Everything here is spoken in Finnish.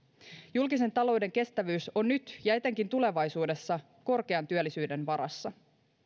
julkisen talouden kestävyys on nyt ja etenkin tulevaisuudessa korkean työllisyyden varassa